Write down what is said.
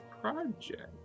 project